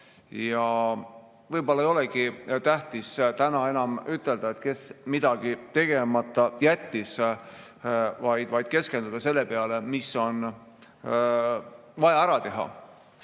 Võib-olla ei olegi tähtis täna enam ütelda, kes midagi tegemata jättis, vaid tuleks keskenduda sellele, mis on vaja ära teha. Ma